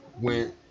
went